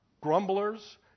grumblers